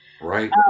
Right